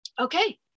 okay